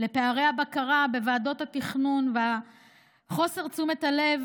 לפערי הבקרה בוועדות התכנון וחוסר תשומת הלב